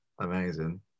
amazing